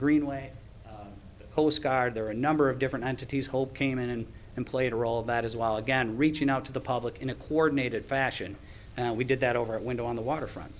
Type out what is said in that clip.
greenway postcard there are a number of different entities hope came in and played a role that is well again reaching out to the public in a coordinated fashion and we did that over a window on the waterfront